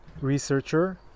researcher